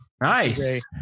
Nice